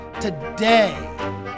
Today